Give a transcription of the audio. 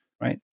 Right